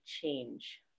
change